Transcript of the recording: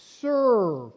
serve